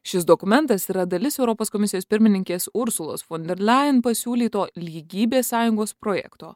šis dokumentas yra dalis europos komisijos pirmininkės ursulos fonderlejen pasiūlyto lygybės sąjungos projekto